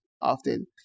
often